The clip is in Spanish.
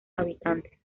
habitantes